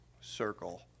circle